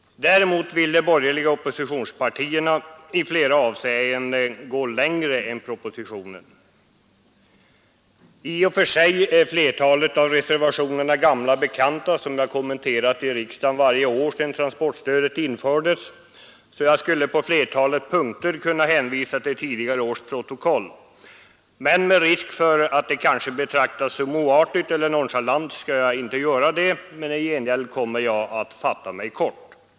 Däremot vill de borgerliga oppositionspartierna i flera avseenden gå längre än propositionen. I och för sig är flertalet av reservationerna gamla bekanta, som vi har kommenterat i riksdagen varje år sedan transportstödet infördes, så jag skulle på flertalet punkter kunna hänvisa till tidigare års protokoll. Men eftersom det är risk för att det betraktas som oartigt eller nonchalant skall jag inte göra det. I gengäld kommer jag att fatta mig kort.